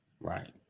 Right